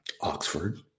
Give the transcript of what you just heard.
Oxford